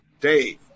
Dave